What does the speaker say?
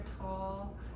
tall